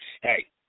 hey